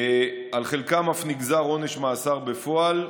על חלקם אף נגזר עונש מאסר בפועל.